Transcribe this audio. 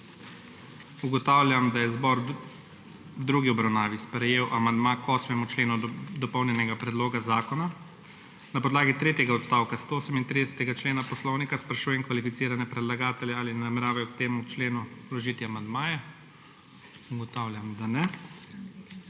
Ugotavljam, da je zbor v drugi obravnavi sprejel amandma k 8. členu dopolnjenega predloga zakona. Na podlagi tretjega odstavka 138. člena Poslovnika Državnega zbora sprašujem kvalificirane predlagatelje, ali nameravajo k temu členu vložiti amandmaje. Ugotavljam, da ne.